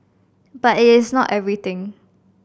but it is not everything